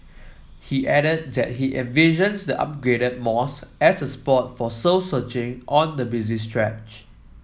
he added that he envisions the upgraded mosque as a spot for soul searching on the busy stretch